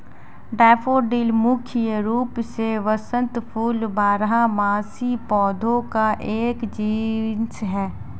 daffodil मुख्य रूप से वसंत फूल बारहमासी पौधों का एक जीनस है